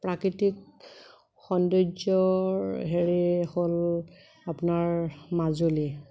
প্ৰাকৃতিক সৌন্দৰ্য হেৰি হ'ল আপোনাৰ মাজুলী